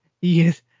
Yes